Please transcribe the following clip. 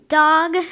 dog